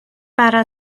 bara